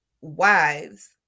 wives